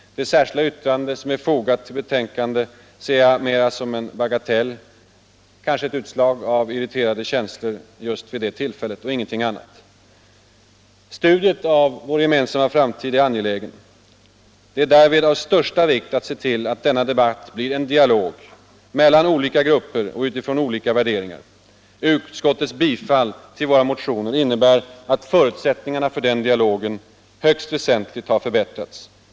Det särskilda yttrande som är fogat till betänkandet ser jag mera som en bagatell — kanske ett utslag av irriterade känslor just vid det aktuella tillfället och ingenting annat. Studiet av vår gemensamma framtid är angeläget. Det är därvid av största vikt att se till att denna debatt blir en dialog mellan olika grupper och utifrån olika värderingar. Utskottets tillstyrkan av våra motioner innebär att förutsättningarna för den dialogen högst väsentligt har förbättrats.